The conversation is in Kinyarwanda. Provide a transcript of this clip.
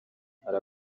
hari